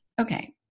okay